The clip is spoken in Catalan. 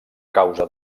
causa